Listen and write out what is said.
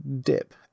dip